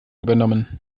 übernommen